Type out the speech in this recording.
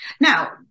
Now